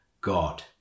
God